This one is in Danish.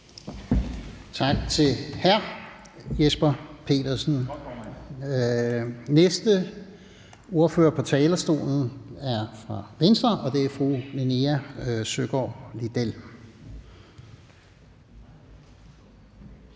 Tak til hr. Jesper Petersen. Næste ordfører på talerstolen er fra Venstre, og det er fru Linea Søgaard-Lidell.